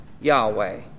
Yahweh